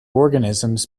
organisms